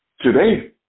today